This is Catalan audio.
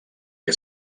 que